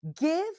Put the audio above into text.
give